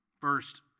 First